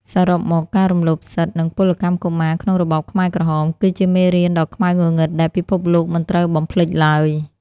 សរុបមក ការរំលោភសិទ្ធិ និងពលកម្មកុមារក្នុងរបបខ្មែរក្រហម គឺជាមេរៀនដ៏ខ្មៅងងឹតដែលពិភពលោកមិនត្រូវបំភ្លេចឡើយ។